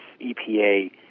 EPA